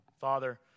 Father